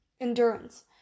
endurance